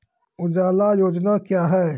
उजाला योजना क्या हैं?